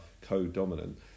co-dominant